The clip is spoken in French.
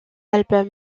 alpes